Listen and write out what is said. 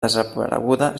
desapareguda